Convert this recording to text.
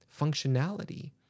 functionality